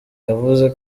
yavuze